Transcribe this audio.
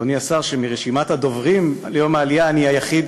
אדוני השר, שמרשימת הדוברים ביום העלייה אני היחיד